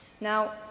Now